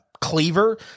cleaver